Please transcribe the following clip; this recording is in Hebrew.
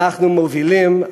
אנחנו מובילים,